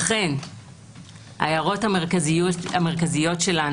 לכן ההערות המרכזיות שלנו,